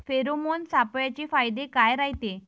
Pheromone सापळ्याचे फायदे काय रायते?